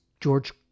George